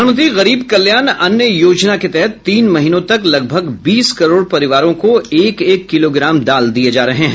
प्रधानमंत्री गरीब कल्याण अन्न योजना के तहत तीन महीनों तक लगभग बीस करोड़ परिवारों को एक एक किलोग्राम दाल दिये जा रहे हैं